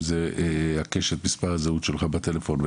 אם זה הקש את מספר הזהות שלך בטלפון.